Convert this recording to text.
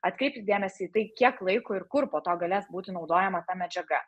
atkreipti dėmesį į tai kiek laiko ir kur po to galės būti naudojama ta medžiaga